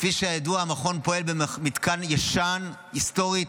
כפי שידוע, המכון פועל במתקן ישן, היסטורי,